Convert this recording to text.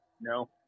No